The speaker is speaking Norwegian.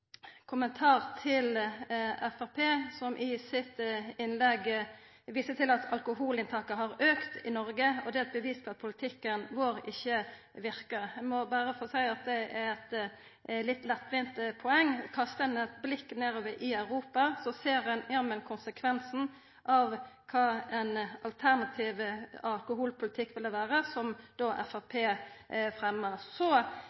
kommentar til Framstegspartiet som viser til at alkoholinntaket har auka i Noreg – og at det er eit bevis på at politikken vår ikkje verkar. Eg må berre få seia at det er eit litt lettvint poeng. Kastar ein eit blikk nedover i Europa, ser ein jammen konsekvensen av kva ein alternativ alkoholpolitikk vil vera – noko Framstegspartiet går inn for. Framstegspartiet vil bruka forsking som